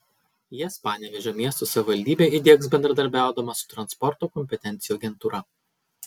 jas panevėžio miesto savivaldybė įdiegs bendradarbiaudama su transporto kompetencijų agentūra